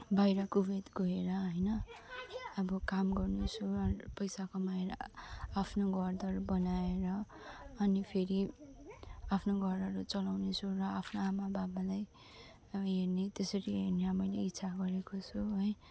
बाहिर कुवेत गएर होइन अब काम गर्नेछु र पैसा कमाएर आफ्नो घरद्वार बनाएर अनि फेरि आफ्नो घरहरू चलाउने छु र आफ्नो आमा बाबालाई अब हेर्ने त्यसरी हेर्ने मैले इच्छा गरेको छु है